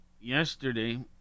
yesterday